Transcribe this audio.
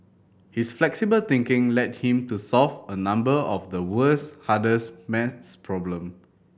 his flexible thinking led him to solve a number of the world's hardest maths problem